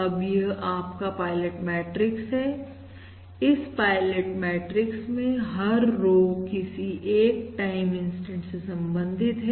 अब यह आपका पायलट मैट्रिक्स है इस पायलट मैट्रिक्स में हर रो किसी एक टाइम इंस्टेंट से संबंधित है